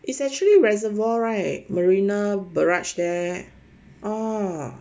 it's actually reservoir right marina barrage there orh